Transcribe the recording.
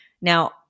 Now